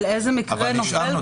אבל איזה מקרה נופל כאן?